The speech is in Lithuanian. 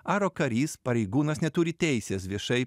aro karys pareigūnas neturi teisės viešai